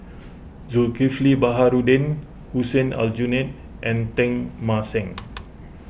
Zulkifli Baharudin Hussein Aljunied and Teng Mah Seng